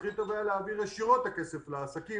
הכי טוב היה להעביר ישירות את הכסף לעסקים,